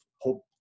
hope